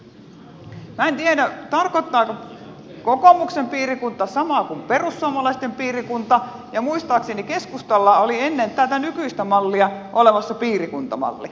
minä en tiedä tarkoittaako kokoomuksen piirikunta samaa kuin perussuomalaisten piirikunta ja muistaakseni keskustalla oli ennen tätä nykyistä mallia olemassa piirikuntamalli